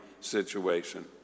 situation